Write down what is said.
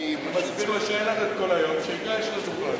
אני מסביר לו שאין לנו כל היום, שייגש לדוכן.